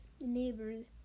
neighbors